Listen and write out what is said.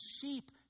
sheep